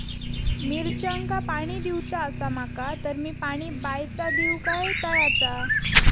मिरचांका पाणी दिवचा आसा माका तर मी पाणी बायचा दिव काय तळ्याचा?